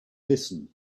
listen